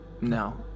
no